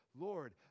Lord